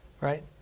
right